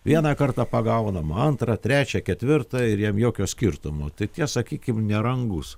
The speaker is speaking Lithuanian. vieną kartą pagaunam antrą trečią ketvirtą ir jam jokio skirtumo tik tie sakykim nerangūs